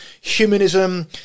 humanism